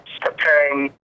preparing